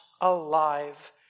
alive